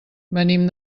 venim